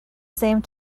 same